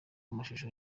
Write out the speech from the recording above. amashusho